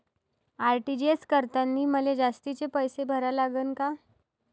RTGS करतांनी मले जास्तीचे पैसे भरा लागन का?